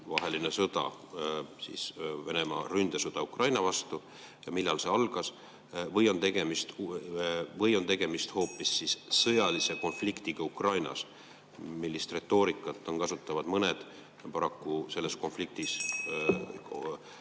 vaheline sõda ehk Venemaa ründesõda Ukraina vastu, ja millal see algas, või on tegemist hoopis sõjalise konfliktiga Ukrainas? Sellist retoorikat kasutavad paraku mõned selles konfliktis,